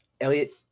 Elliot